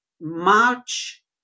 March